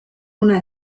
una